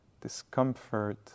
discomfort